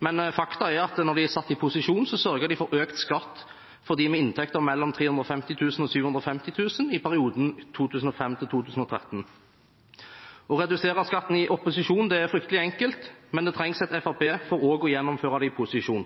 men fakta er at da de satt i posisjon, sørget de for økt skatt for dem med inntekter mellom 450 000 kr og 750 000 kr – i perioden 2005–2013. Å redusere skatten i opposisjon er fryktelig enkelt, men det trengs et fremskrittsparti for også å gjennomføre det i posisjon.